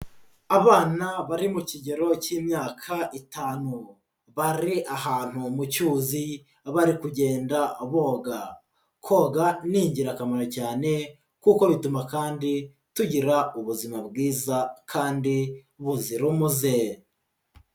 Abana bari mu kigero k'imyaka itanu, bari ahantu mu cyuzi bari kugenda boga, koga ni ingirakamaro cyane kuko bituma kandi tugira ubuzima bwiza kandi buzira umuze.